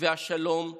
והשלום בתוכנו.